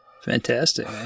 Fantastic